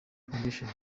foundation